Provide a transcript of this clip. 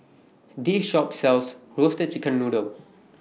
This Shop sells Roasted Chicken Noodle